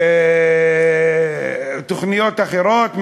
תוכניות אחרות,